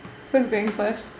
who's going first